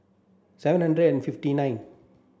seven hundred and fifty nine